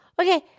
okay